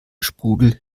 sprudel